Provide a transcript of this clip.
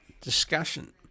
discussion